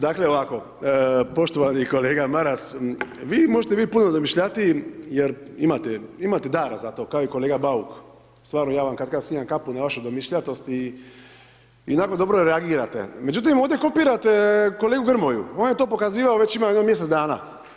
Dakle, ovako, poštovani kolega Maras, vi možete biti puno domišljatiji jer imate dara za to kao i kolega bauk, stvarno ja vam katkad skidam kapu na vašu domišljatosti i onako dobro reagirate međutim ovdje kopirate kolegu Grmoju, on je to pokazivao već ima jedno mjesec dana.